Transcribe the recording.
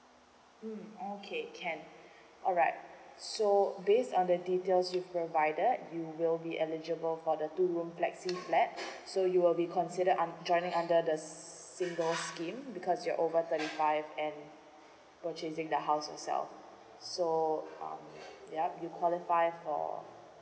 mm okay can alright so based on the details you provided you will be eligible for the two room flexi flat so you will be consider un~ joining under the s~ single scheme because you're over thirty five and purchasing the house yourself so um yup you qualify for